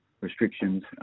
Restrictions